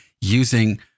using